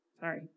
Sorry